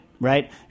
Right